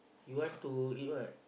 you want to eat what